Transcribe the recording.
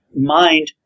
mind